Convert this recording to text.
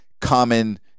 common